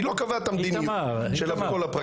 היא לא קבעה את המדיניות של הפרקליטות.